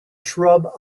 shrub